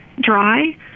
dry